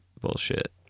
bullshit